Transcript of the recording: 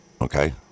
Okay